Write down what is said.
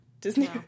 Disney